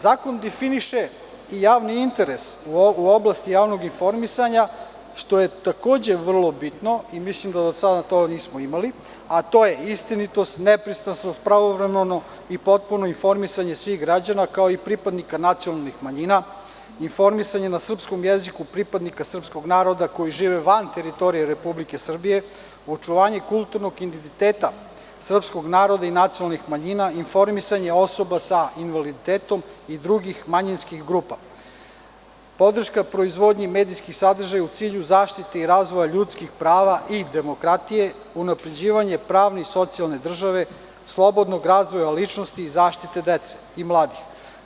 Zakon definiše i javni interes u oblasti javnog informisanja, što je takođe vrlo bitno i mislim da do sada to nismo imali, a to je istinitost, nepristrasnost, pravovremeno i potpuno informisanje svih građana, kao i pripadnika nacionalnih manjina, informisanje na srpskom jeziku pripadnika srpskog naroda koji žive van teritorije Republike Srbije, očuvanje kulturnog identiteta srpskog narod i nacionalnih manjina, informisanje osoba sa invaliditetom i drugih manjinskih grupa, podrška proizvodnji medijskih sadržaja u cilju zaštite i razvoja ljudskih prava i demokratije, unapređivanje pravne i socijalne države, slobodnog razvoja ličnosti i zaštite dece i mladih.